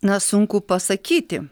na sunku pasakyti